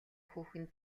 хүүхэн